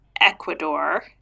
Ecuador